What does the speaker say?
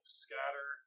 scatter